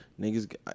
niggas